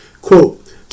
quote